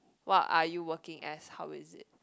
what are you working as how is it